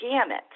gamut